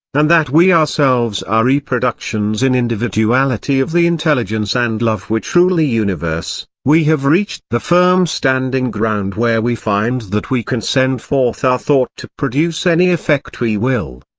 and that we ourselves are reproductions in individuality of the intelligence and love which universe, we have reached the firm standing ground where we find that we can send forth our thought to produce any effect we will.